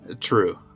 True